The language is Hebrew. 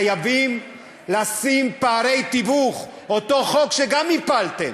חייבים לשים פערי תיווך, חוק שגם אותו הפלתם,